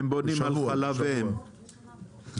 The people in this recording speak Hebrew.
אתם קונים הרבה מאוד חלב, נכון?